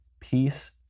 Peace